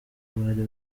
bari